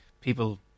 people